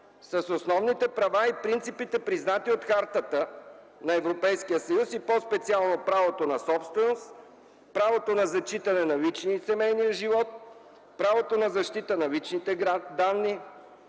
с основните права и принципите, признати от Хартата на Европейския съюз, и по-специално правото на собственост, правото на зачитане на личния и семейния живот, правото на защита на личните данни,